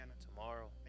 tomorrow